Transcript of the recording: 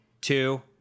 two